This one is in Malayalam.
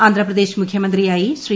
ആന്ധ്രാപ്രദേശ് മുഖ്യമന്ത്രിയായി ശ്രീ